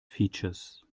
features